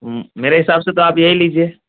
میرے حساب سے تو آپ یہی لیجیے